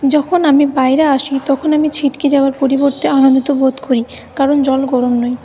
যখন আমি বাইরে আসি তখন আমি ছিটকে যাওয়ার পরিবর্তে আনন্দিত বোধ করি কারণ জল গরম নেই